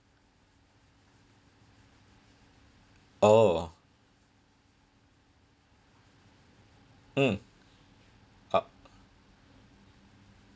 oh mm uh